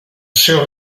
seu